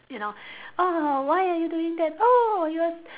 you know oh why are you doing that oh you are